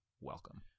welcome